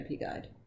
guide